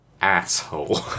asshole